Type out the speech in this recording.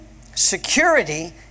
security